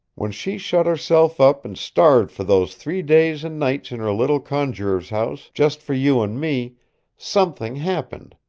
when she shut herself up and starved for those three days and nights in her little conjurer's house, just for you and me something happened.